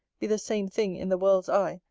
be the same thing, in the world's eye,